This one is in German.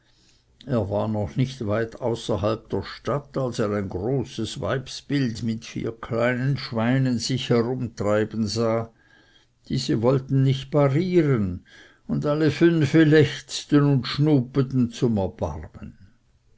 er war noch nicht weit außerhalb der stadt als er ein großes weibsbild mit vier kleinen schweinen sich herumtreiben sah diese wollten nicht parieren und alle fünfe lechzten und schnupeten zum